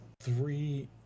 Three